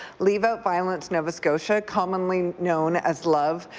leave out violence nova scotia, commonly known as love,